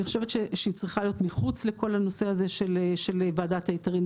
אני חושבת שהיא צריכה להיות מחוץ לכל הנושא הזה של ועדת ההיתרים.